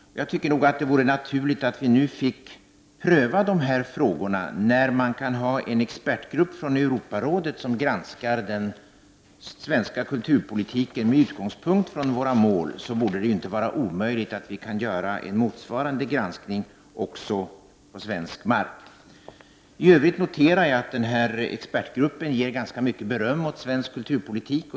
Jag tycker att det är naturligt att vi nu får de här frågorna prövade. När en expertgrupp från Europarådet kan granska den svenska kulturpolitiken med utgångspunkt från våra mål borde det inte vara omöjligt att vi gör en motsvarande granskning också på svensk mark. I övrigt noterar jag att expertgruppen ger ganska mycket beröm åt svensk kulturpolitik.